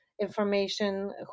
information